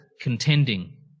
contending